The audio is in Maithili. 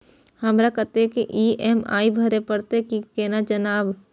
हमरा कतेक ई.एम.आई भरें परतें से केना जानब?